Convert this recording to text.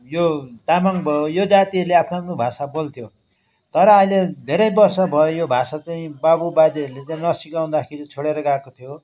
यो तामाङ भयो यो जातिले आफ्नो आफ्नो भाषा बोल्थ्यो तर अहिले धेरै वर्ष भयो यो भाषा चाहिँ बाबु बाजेहरूले चाहिँ नसिकाउँदाखेरि छोडेर गएको थियो